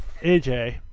AJ